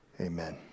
amen